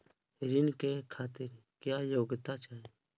ऋण के खातिर क्या योग्यता चाहीं?